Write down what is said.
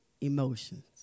emotions